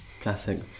Classic